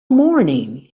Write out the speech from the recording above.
morning